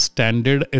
Standard